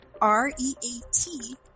R-E-A-T